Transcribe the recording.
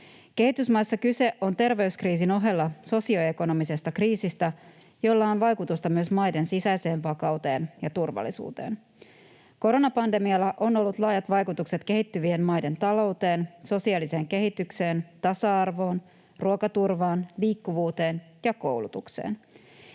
Kehitysmaissa kyse on terveyskriisin ohella sosioekonomisesta kriisistä, jolla on vaikutusta myös maiden sisäiseen vakauteen ja turvallisuuteen. Koronapandemialla on ollut laajat vaikutukset kehittyvien maiden talouteen, sosiaaliseen kehitykseen, tasa-arvoon, ruokaturvaan, liikkuvuuteen ja koulutukseen.